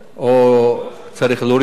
או שצריך להוריד אותו.